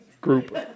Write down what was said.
group